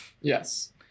Yes